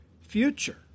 future